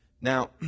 Now